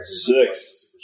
Six